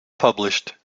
published